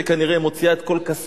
וכנראה על זה היא מוציאה את כל כספה,